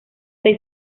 seis